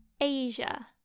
Asia